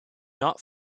not